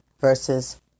versus